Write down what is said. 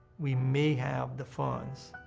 we may have the funds